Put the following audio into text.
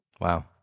Wow